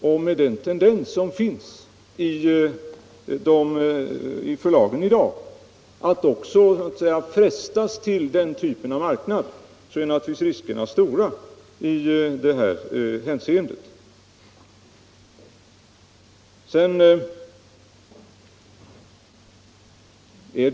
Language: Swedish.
Och med den tendens som finns i förlagen i dag att låta sig frestas till den typen av marknad är naturligtvis riskerna i det hänseendet stora.